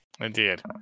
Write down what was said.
indeed